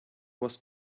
was